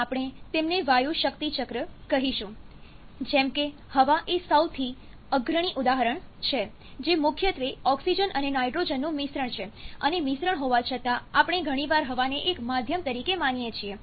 આપણે તેમને વાયુ શક્તિ ચક્ર કહીશું જેમ કે હવા એ સૌથી અગ્રણી ઉદાહરણ છે જે મુખ્યત્વે ઓક્સિજન અને નાઇટ્રોજનનું મિશ્રણ છે અને મિશ્રણ હોવા છતાં આપણે ઘણીવાર હવાને એક માધ્યમ તરીકે માનીએ છીએ